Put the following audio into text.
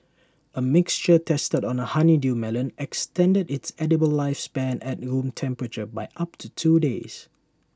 A mixture tested on A honeydew melon extended its edible lifespan at room temperature by up to two days